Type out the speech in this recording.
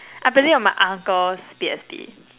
I played it on my uncle's P_S_P